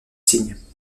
signes